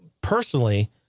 personally